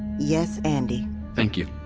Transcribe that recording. yes, andi thank you.